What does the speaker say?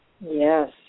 Yes